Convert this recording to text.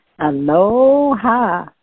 Aloha